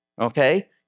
okay